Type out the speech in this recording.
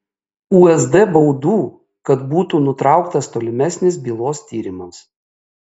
usd baudų kad būtų nutrauktas tolimesnis bylos tyrimas